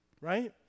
Right